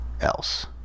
else